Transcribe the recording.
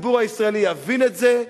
הציבור הישראלי יבין את זה,